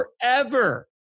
forever